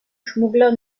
schmuggler